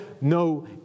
no